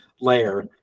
layer